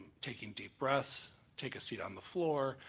taking deep breaths, take a seat on the floor,